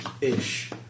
Ish